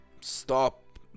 Stop